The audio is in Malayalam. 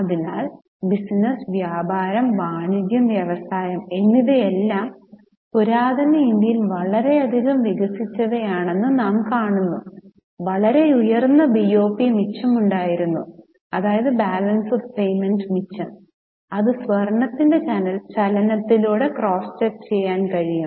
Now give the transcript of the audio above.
അതിനാൽ ബിസിനസ്സ് വ്യാപാരം വാണിജ്യം വ്യവസായം എന്നിവയെല്ലാം പുരാതന ഇന്ത്യയിൽ വളരെയധികം വികസിച്ചവയാണെന്ന് നാം കാണുന്നു വളരെ ഉയർന്ന ബി ഒ പി മിച്ചം ഉണ്ടായിരുന്നു അതായത് ബാലൻസ് ഓഫ് പേയ്മെൻറ് മിച്ചം അത് സ്വർണ്ണത്തിന്റെ ചലനത്തിലൂടെ ക്രോസ് ചെക്ക് ചെയ്യാൻ കഴിയും